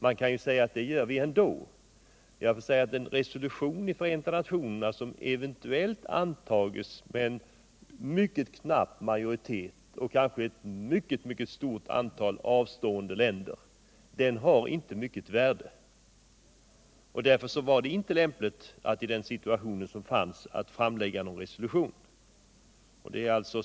Man kan naturligtvis säga att vi borde ha lagt fram resolutionsförslaget ändå. Men en resolution som antas med mycket knapp majoritet — kanske ett stort antal länder avstår från att rösta — har inte mycket värde. Därför var det inte lämpligt att i den situation som rådde lägga fram ett resolutionsförslag.